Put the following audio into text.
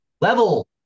level